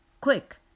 Quick